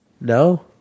No